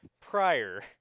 prior